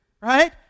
Right